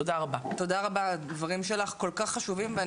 תושה רבה, הדברים שלך כל כך חשובים.